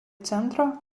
centro